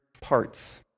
parts